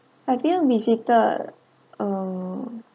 have you visited um